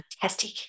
fantastic